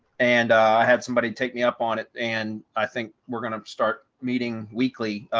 and i had somebody take me up on it. and i think we're gonna start meeting weekly,